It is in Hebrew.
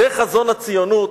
זה חזון הציונות,